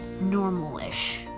normal-ish